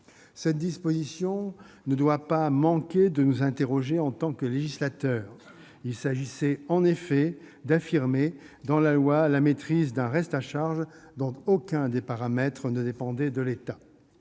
Cette disposition ne doit pas manquer de nous faire réfléchir en tant que législateur. Il s'agissait en effet d'affirmer dans la loi la maîtrise d'un reste à charge dont aucun des paramètres ne dépendait de l'État